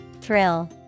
Thrill